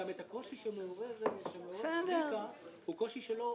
הקושי שמעורר צביקה הוא קושי שלא